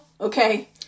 okay